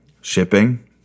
shipping